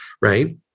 Right